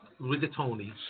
rigatoni